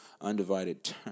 undivided